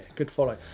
good follow.